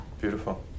Beautiful